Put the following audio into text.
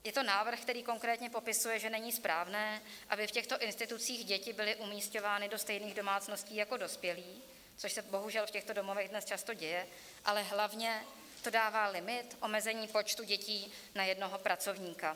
Je to návrh, který konkrétně popisuje, že není správné, aby v těchto institucích děti byly umisťovány do stejných domácností jako dospělí, což se bohužel v těchto domovech dnes často děje, ale hlavně to dává limit, omezení počtu dětí na jednoho pracovníka.